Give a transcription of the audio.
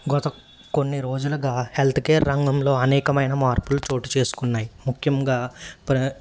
గత కొన్ని రోజులుగా హెల్త్ కేర్ రంగంలో అనేకమైన మార్పులు చోటు చేసుకున్నాయి ముఖ్యంగా ప్ర